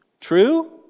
True